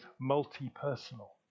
multi-personal